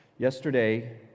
Yesterday